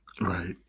Right